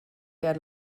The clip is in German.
der